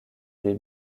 des